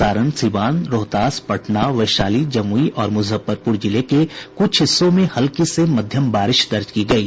सारण सीवान रोहतास पटना वैशाली जमुई और मुजफ्फरपुर जिले के कुछ हिस्सों में हल्की से मध्यम बारिश दर्ज की गयी